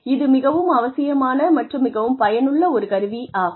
இது மிகவும் அவசியமான மற்றும் மிகவும் பயனுள்ள ஒரு கருவியாகும்